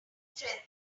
strength